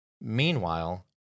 Meanwhile